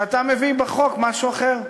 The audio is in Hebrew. ואתה מביא בחוק משהו אחר,